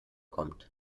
kommt